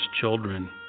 children